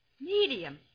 Medium